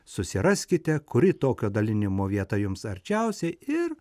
susiraskite kuri tokio dalinimo vieta jums arčiausiai ir